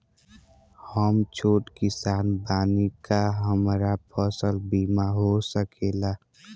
हम छोट किसान बानी का हमरा फसल बीमा हो सकेला?